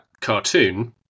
cartoon